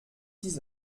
six